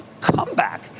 comeback